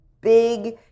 big